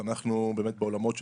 אנחנו בעולמות שלנו,